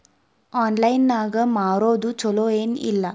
Online ನಾಗ್ ಮಾರೋದು ಛಲೋ ಏನ್ ಇಲ್ಲ?